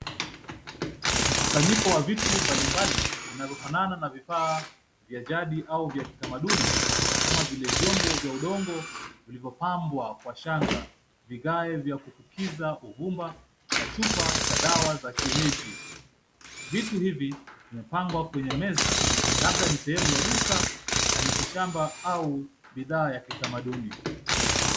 Mkusanyiko wa vitu mbalimbali vinavyofanana na vifaa vya jadi au vya kitamaduni kama vile vyombo vya udongo vilivyopambwa kwa shanga, vigae vya kupukiza ugumba na chupa cha dawa za kienyeji. Vitu hivi vimepangwa kwenye meza labda ni sehemu ya duka la mitishamba au bidhaa ya kitamaduni.